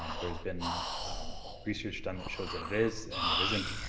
um there has been research done that shows that it is and it isn't,